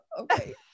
okay